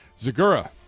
Zagura